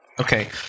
Okay